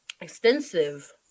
extensive